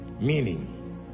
Meaning